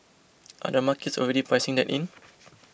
are the markets already pricing that in